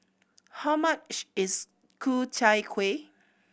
how much is Ku Chai Kueh